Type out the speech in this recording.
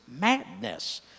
madness